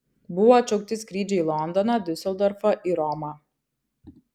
buvo atšaukti skrydžiai į londoną diuseldorfą ir romą